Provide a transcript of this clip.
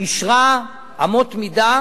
אמות מידה